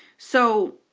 so